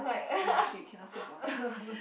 eh shit cannot say dua neh